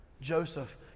Joseph